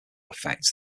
affect